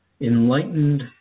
enlightened